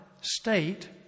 state